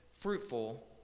fruitful